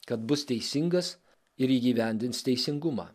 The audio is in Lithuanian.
kad bus teisingas ir įgyvendins teisingumą